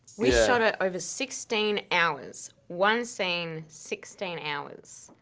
we shot it over sixteen hours. one scene, sixteen hours.